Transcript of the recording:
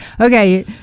Okay